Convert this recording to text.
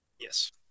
Yes